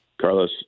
Carlos